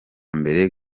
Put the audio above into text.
mbere